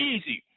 Easy